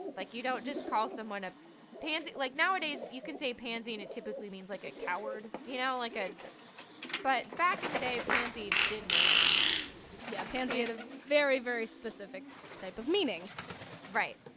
like you don't just call someone a pansy. like nowadays you can say pansy and it typically means like a coward, you know like ah but back in the day pansy didn't really mean that yeah. pansy had a very, very specific type of meaning right?